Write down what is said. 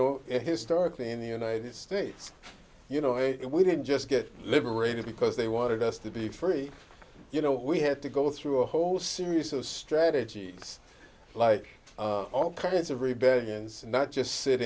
know historically in the united states you know and we didn't just get liberated because they wanted us to be free you know we had to go through a whole series of strategies like all kinds of rebellions not just sit